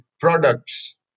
products